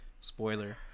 spoiler